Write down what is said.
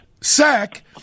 sack –